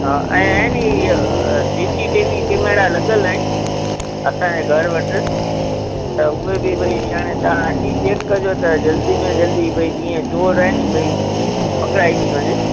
हा ऐं इहे नी हीअं C C T V camera लॻियल आहिनि असांजे घर वटि त उहे बि भई तव्हां हाणे अची चैक कजो त जल्दी में जल्दी भई जीअं चोर आहे नी भई पकिड़ाए जी वञे